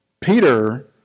Peter